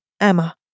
Emma